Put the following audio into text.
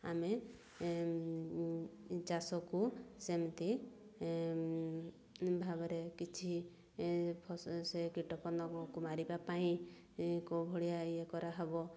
ଆମେ ଚାଷକୁ ସେମିତି ଭାବରେ କିଛି ସେ କୀଟପତଙ୍ଗକୁ ମାରିବା ପାଇଁ କେଉଁ ଭଳିଆ ଇଏ କରାହବ